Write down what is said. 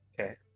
Okay